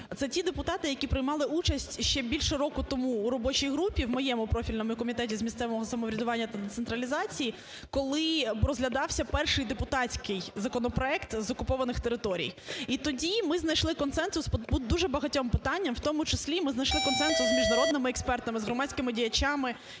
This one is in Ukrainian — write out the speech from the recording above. це ті депутати, які приймали участь ще більше року тому у робочій групі в моєму профільному Комітеті з місцевого самоврядування та децентралізації, коли розглядався перший депутатський законопроект з окупованих територій. І тоді ми знайшли консенсус по дуже багатьом питанням, в тому числі ми знайшли консенсус з міжнародними експертами, з громадськими діячами,